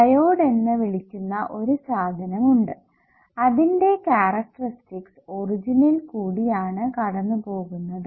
diode എന്ന് വിളിക്കുന്ന ഒരു സാധനം ഉണ്ട് അതിന്റെ കാരക്ടറിസ്റ്റിക്സ് ഒറിജിനിൽ കൂടി ആണ് കടന്നു പോകുന്നത്